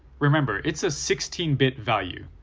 remember it's a sixteen bit value.